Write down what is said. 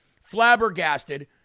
flabbergasted